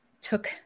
took